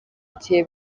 igihe